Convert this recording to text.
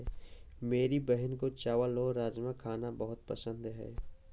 मेरी बहन को चावल और राजमा खाना बहुत पसंद है